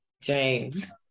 James